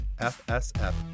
FSF